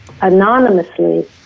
anonymously